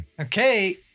Okay